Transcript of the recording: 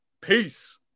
Peace